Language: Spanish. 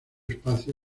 espacio